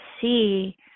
see